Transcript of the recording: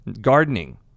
Gardening